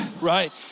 right